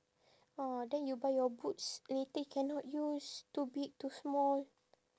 orh then you buy your boots later cannot use too big too small